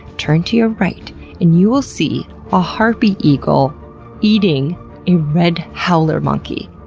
turn to your right and you will see a harpy eagle eating a red howler monkey.